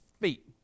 feet